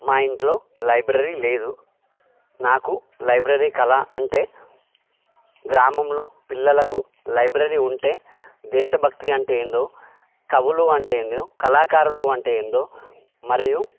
మా ఇంట్లో లైబ్రరీ లేదు నాకు లైబ్రరీ కల అంటే గ్రామంలో పిల్లలకు లైబ్రరీ ఉంటే దేశభక్తి అంటే ఏందో కవులు అంటే ఏందో కళాకారులు అంటే ఏందో మరియు